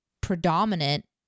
predominant